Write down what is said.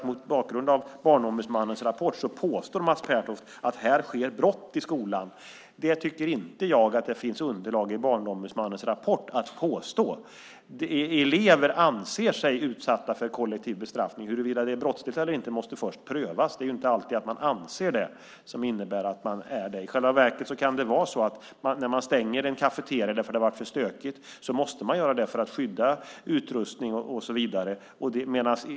Mot bakgrund av Barnombudsmannens rapport påstår Mats Pertoft att det sker brott i skolan. Det tycker jag inte att det finns underlag i Barnombudsmannens rapport att påstå. Elever anser sig utsatta för kollektiv bestraffning. Huruvida det är brottsligt eller inte måste först prövas. Det är inte alltid för att man anser det som det innebär att man är utsatt för det. I själva verket kan det vara att man stänger en kafeteria för att det har varit för stökigt. Man måste göra det för att skydda utrustning och så vidare.